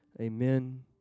Amen